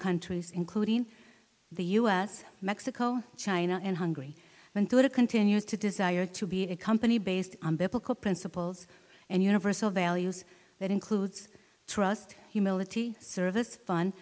countries including the us mexico china and hungry until it continues to desire to be a company based on biblical principles and universal values that includes trust humility service fun